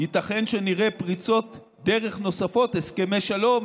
ייתכן שנראה פריצות דרך נוספות הסכמי שלום,